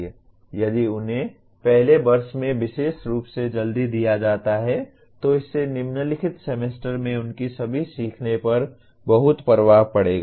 यदि उन्हें पहले वर्ष में विशेष रूप से जल्दी दिया जाता है तो इससे निम्नलिखित सेमेस्टर में उनके सभी सीखने पर बहुत प्रभाव पड़ेगा